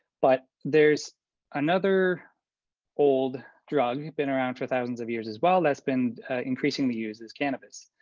but there's another old drug been around for thousands of years as well. that's been increasingly used is cannabis.